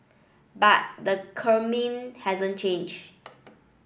but the Kremlin hasn't changed